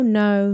no